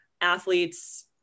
athletes